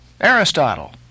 Aristotle